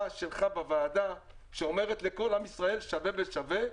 שלך בוועדה שאומרת: לכל עם ישראל שווה ושווה,